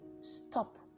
stop